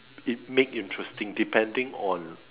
it make interesting depending on